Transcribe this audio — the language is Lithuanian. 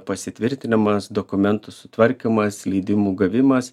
pasitvirtinimas dokumentų sutvarkymas leidimų gavimas